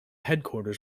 headquarters